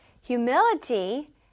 Humility